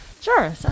Sure